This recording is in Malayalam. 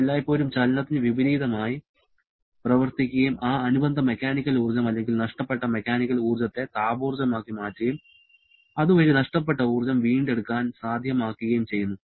ഇത് എല്ലായ്പ്പോഴും ചലനത്തിന് വിപരീതമായി പ്രവർത്തിക്കുകയും ആ അനുബന്ധ മെക്കാനിക്കൽ ഊർജ്ജം അല്ലെങ്കിൽ നഷ്ടപ്പെട്ട മെക്കാനിക്കൽ ഊർജ്ജത്തെ താപോർജ്ജമാക്കി മാറ്റുകയും അതുവഴി നഷ്ടപ്പെട്ട ഊർജ്ജം വീണ്ടെടുക്കാൻ സാധ്യമാക്കുകയും ചെയ്യുന്നു